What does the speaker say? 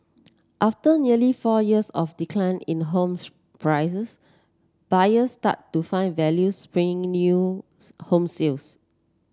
after nearly four years of decline in homes prices buyer started to find value sales